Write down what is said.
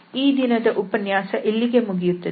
ಈ ದಿನದ ಉಪನ್ಯಾಸ ಇಲ್ಲಿಗೆ ಮುಗಿಯುತ್ತದೆ